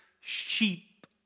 sheep